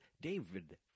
David